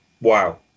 wow